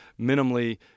minimally